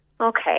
Okay